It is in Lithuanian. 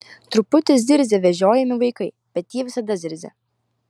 truputį zirzia vežiojami vaikai bet tie visada zirzia